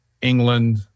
England